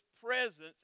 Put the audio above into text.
presence